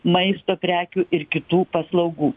maisto prekių ir kitų paslaugų